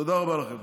תודה רבה לכם.